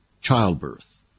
childbirth